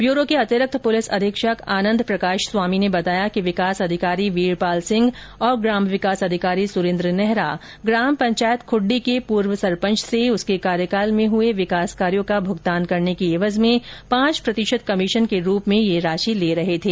bureau के अतिरिक्त police अधीक्षक आनंद प्रकाश स्वामी ने बताया कि विकास अधिकारी वीरपाल सिंह तथा ग्राम विकास अधिकारी सुरेन्द्र नेहरा ग्राम पंचायत ख्डडी के पूर्व सरपंच से उसके कार्यकाल में हुए विकास कार्यों का भुगतान करने की एवज में पांच प्रतिशत कमीशन के रूप में यह राशि ले रहे थे